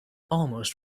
almost